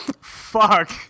Fuck